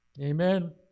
Amen